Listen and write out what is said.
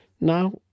now